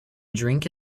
drink